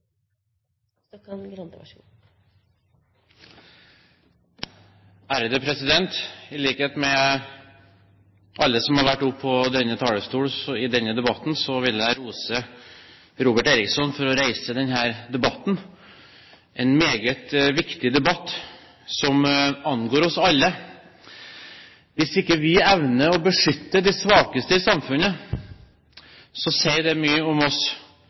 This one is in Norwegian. I likhet med alle som har vært oppe på denne talerstolen i denne debatten, vil jeg rose Robert Eriksson for å reise denne debatten – en meget viktig debatt, som angår oss alle. Hvis ikke vi evner å beskytte de svakeste i samfunnet, sier det mye om oss